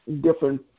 different